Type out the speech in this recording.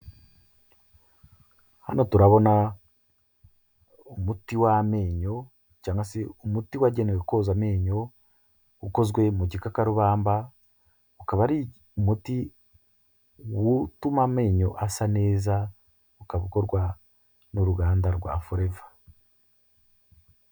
Hano turabona umuti w'amenyo, cyangwa se umuti wagenewe koza amenyo ukozwe mu gikakarubamba; ukaba ari umuti utuma amenyo asa neza. Ukaba ukorwa n'uruganda rwa foreva.